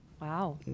Wow